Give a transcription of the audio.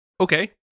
okay